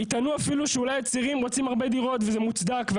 יטענו אפילו שאולי הצעירים רוצים הרבה דירות וזה מוצדק.